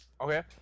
Okay